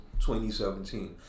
2017